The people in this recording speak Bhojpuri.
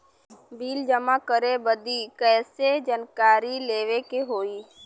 बिल जमा करे बदी कैसे जानकारी लेवे के होई?